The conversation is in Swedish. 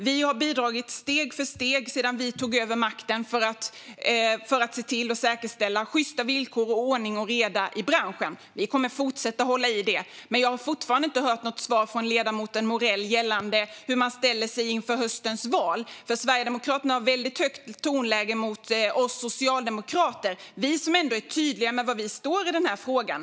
Vi har bidragit steg för steg sedan vi tog över makten för att säkerställa sjysta villkor för och ordning och reda i branschen. Vi kommer att fortsätta hålla i det. Jag har fortfarande inte hört något svar från ledamoten Morell gällande hur man ställer sig inför höstens val. Sverigedemokraterna har ett väldigt högt tonläge mot oss socialdemokrater som ändå är tydliga med var vi står i den här frågan.